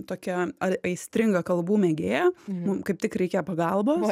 tokia a aistringa kalbų mėgėja mum kaip tik reikia pagalbos